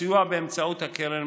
הסיוע באמצעות הקרן,